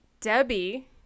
Debbie